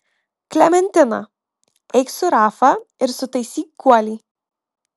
klementina eik su rafa ir sutaisyk guolį